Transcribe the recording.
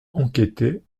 enquêter